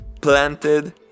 planted